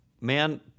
Man